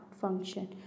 function